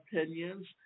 opinions